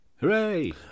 Hooray